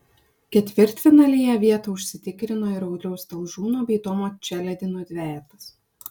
ketvirtfinalyje vietą užsitikrino ir audriaus talžūno bei tomo čeledino dvejetas